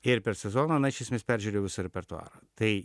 ir per sezoną na iš esmės peržiūrėjau visą repertuarą tai